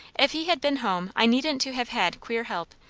if he had been home i needn't to have had queer help,